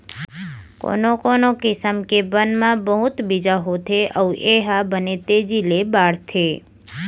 कोनो कोनो किसम के बन म बहुत बीजा होथे अउ ए ह बने तेजी ले बाढ़थे